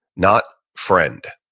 not friend.